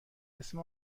اسم